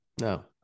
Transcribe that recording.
no